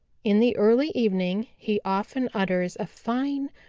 in the early evening he often utters a fine,